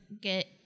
get